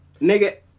Nigga